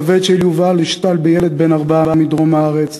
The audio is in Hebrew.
הכבד של יובל הושתל בילד בן ארבע מדרום הארץ